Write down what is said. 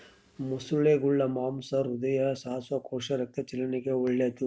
ಮೊಸಳೆಗುಳ ಮಾಂಸ ಹೃದಯ, ಶ್ವಾಸಕೋಶ, ರಕ್ತ ಚಲನೆಗೆ ಒಳ್ಳೆದು